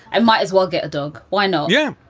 i might as well get a dog. why not? yeah.